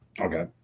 Okay